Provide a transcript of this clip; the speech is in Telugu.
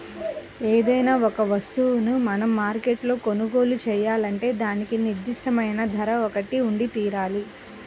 ఏదైనా ఒక వస్తువును మనం మార్కెట్లో కొనుగోలు చేయాలంటే దానికి నిర్దిష్టమైన ధర ఒకటి ఉండితీరాలి